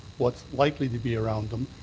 what's likely to be around them,